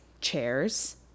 chairs